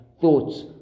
thoughts